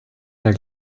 der